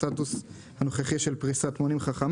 אני אשמח לשמוע מרשות החשמל מה הסטטוס הנוכחי של פריסת מונים חכמים,